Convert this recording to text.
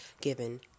given